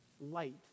light